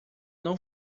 não